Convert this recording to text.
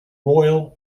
royal